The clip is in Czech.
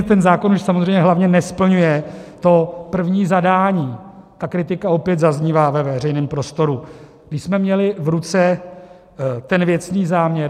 Ten zákon už samozřejmě hlavně nesplňuje to první zadání ta kritika opět zaznívá ve veřejném prostoru když jsme měli v ruce věcný záměr.